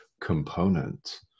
component